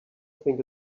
think